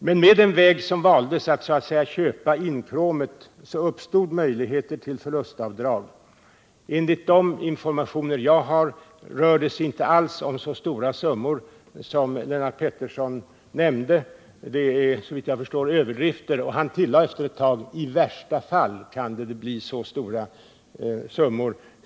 Men med den väg som valdes — att så att säga köpa inkråmet — uppstod möjligheter till förlustavdrag. Enligt de informationer som jag har fått rör det sig inte alls om de stora summor som Lennart Pettersson nämnde. Såvitt jag förstår är det fråga om en överdrift, och han tillade efter en stund att det i värsta fall kan bli så stora summor.